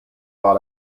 war